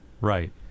Right